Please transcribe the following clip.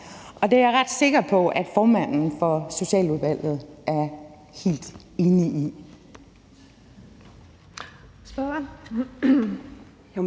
Det er jeg ret sikker på at formanden for Socialudvalget er helt enig i.